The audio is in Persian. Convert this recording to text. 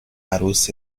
عروس